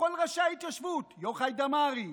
כל ראשי ההתיישבות: יוחאי דמרי,